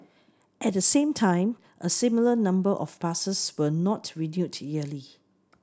at the same time a similar number of passes were not renewed yearly